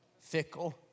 fickle